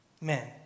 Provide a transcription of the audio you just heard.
men